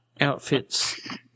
outfits